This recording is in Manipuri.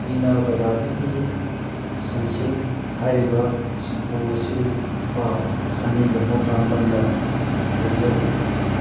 ꯑꯩꯅ ꯕꯖꯥꯔꯗꯒꯤ ꯁꯟꯁꯤꯜꯛ ꯍꯥꯏꯔꯤꯕ ꯁꯝꯄꯨ ꯑꯁꯤ ꯂꯨꯄꯥ ꯆꯅꯤꯒ ꯃꯧꯗ꯭ꯔꯥꯝꯄꯟꯗ ꯂꯩꯖꯔꯨꯏ